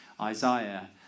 Isaiah